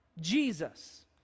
Jesus